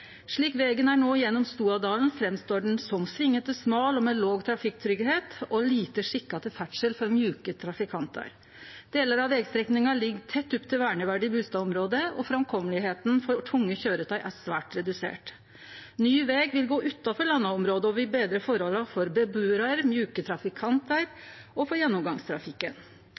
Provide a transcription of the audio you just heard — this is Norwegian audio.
Slik vegen er no gjennom Stoadalen, står han fram som svingete, smal og med låg trafikktryggleik, og han er lite skikka til ferdsel for mjuke trafikantar. Delar av vegstrekninga ligg tett opp til verneverdige bustadområde, og framkomelegheita for tunge køyretøy er svært redusert. Ny veg vil gå utanfor Lanna-området og vil betre forholda for bebuarar, for mjuke trafikantar og for gjennomgangstrafikken.